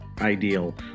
ideal